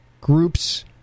group's